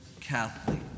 Catholic